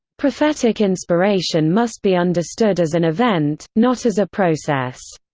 prophetic inspiration must be understood as an event, not as a process.